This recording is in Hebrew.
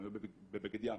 הם היו בבגד ים.